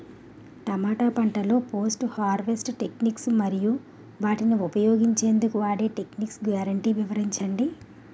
టమాటా పంటలో post harvest techniques మరియు వాటిని ఉంచెందుకు వాడే టెక్నిక్స్ గ్యారంటీ వివరించండి?